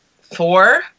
four